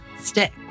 stick